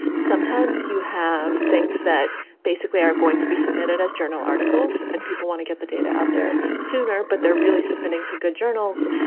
sometimes you have things that basically are going to be submitted as journal articles. and people want to get the data out there sooner, but they're really submitting to good journals.